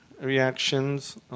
reactions